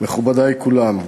מכובדי כולם,